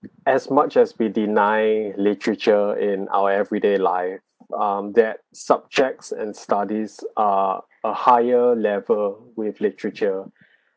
as much as we deny literature in our everyday life um that subjects in studies are a higher level with literature